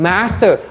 Master